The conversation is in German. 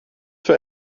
für